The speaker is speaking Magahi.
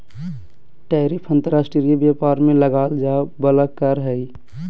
टैरिफ अंतर्राष्ट्रीय व्यापार में लगाल जाय वला कर हइ